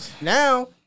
now